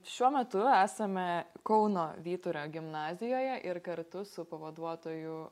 šiuo metu esame kauno vyturio gimnazijoje ir kartu su pavaduotoju